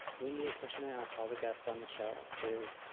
wendy, a question i ask all the guests on the show is,